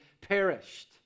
perished